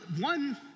one